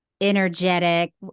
energetic